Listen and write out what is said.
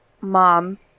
mom